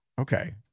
Okay